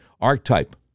archetype